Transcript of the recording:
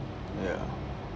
ya